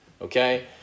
okay